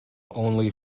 only